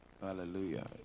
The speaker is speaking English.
hallelujah